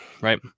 right